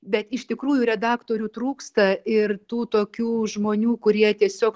bet iš tikrųjų redaktorių trūksta ir tų tokių žmonių kurie tiesiog